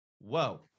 whoa